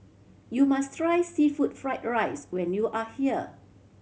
you must try seafood fried rice when you are here